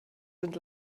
sind